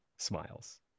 Smiles